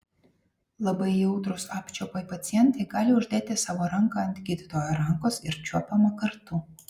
labai jautrūs apčiuopai pacientai gali uždėti savo ranką ant gydytojo rankos ir čiuopiama kartu